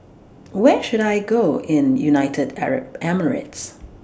Where should I Go in United Arab Emirates